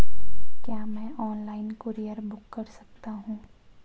क्या मैं online courier book कर सकता हूँ?